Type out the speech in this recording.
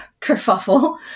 kerfuffle